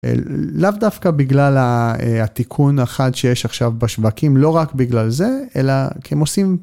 לאו דווקא בגלל התיקון החד שיש עכשיו בשווקים לא רק בגלל זה אלא כי הם עושים.